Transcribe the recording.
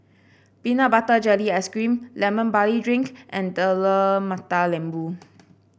Peanut Butter Jelly Ice cream Lemon Barley Drink and Telur Mata Lembu